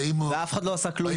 ואף אחד לא עשה כלום,